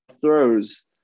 throws